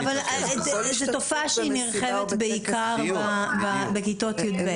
אבל זו תופעה שהיא נרחבת בעיקר בכיתות י"ב.